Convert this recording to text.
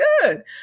good